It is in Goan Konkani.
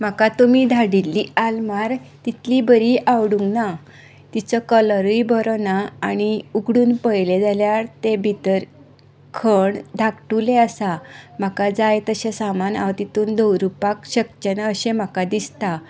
म्हाका तुमी धाडिल्ली आल्मार तितली बरी आवडूंक ना तीचो कलरूय बरो ना आनी उगडून पळयलें जाल्यार ते भितर खण धाकटुले आसा म्हाका जाय तशें सामान हांव तातूंत दवरपाक शकचें ना अशें म्हाका दिसता